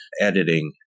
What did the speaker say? editing